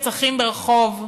ימים שבהם אנשים נרצחים ברחוב,